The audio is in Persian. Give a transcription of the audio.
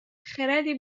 خردی